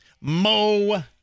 Mo